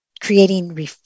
creating